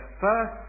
first